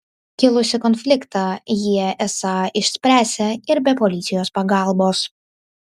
kilusį konfliktą jie esą išspręsią ir be policijos pagalbos